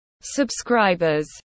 subscribers